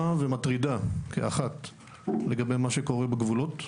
ומטרידה כאחת לגבי מה שקורה בגבולות.